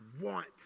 want